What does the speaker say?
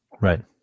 Right